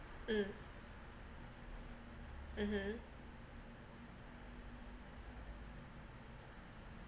mm mmhmm